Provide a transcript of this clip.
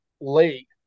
late